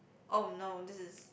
oh no this is